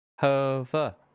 Hover